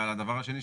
ועל הדבר השני,